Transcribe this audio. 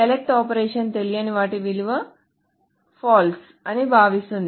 select operation తెలియని వాటి విలువ తప్పు అని భావిస్తుంది